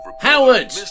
Howard